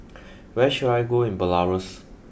where should I go in Belarus